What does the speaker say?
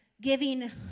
giving